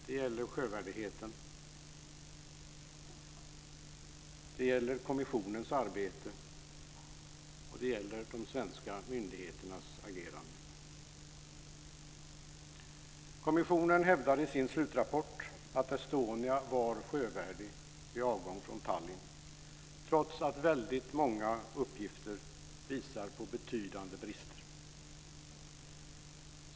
Det gäller sjövärdigheten, det gäller kommissionens arbete och det gäller de svenska myndigheternas agerande. Kommissionen hävdar i sin slutrapport att Estonia var sjövärdig vid avgången från Tallinn, trots att väldigt många uppgifter visar på betydande brister.